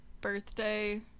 birthday